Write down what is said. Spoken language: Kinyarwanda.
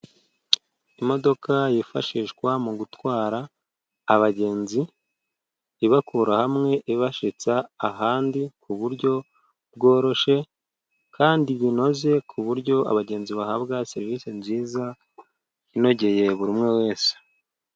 Imodoka yifashishwa mu gutwara abagenzi, ibakura hamwe ibashyitsa ahandi ku buryo bworoshye kandi binoze, ku buryo abagenzi bahabwa serivisi nziza inogeye buri umwe wese.